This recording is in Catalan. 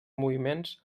moviments